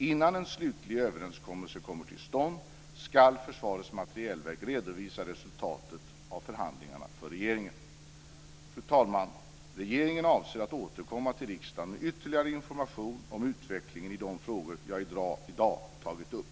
Innan en slutlig överenskommelse kommer till stånd ska Försvarets materielverk redovisa resultatet av förhandlingarna för regeringen. Fru talman! Regeringen avser att återkomma till riksdagen med ytterligare information om utvecklingen i de frågor som jag i dag har tagit upp.